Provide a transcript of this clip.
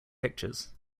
pictures